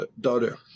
daughter